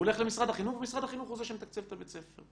הוא הולך למשרד החינוך ומשרד החינוך הוא זה שמתקצב את בית הספר.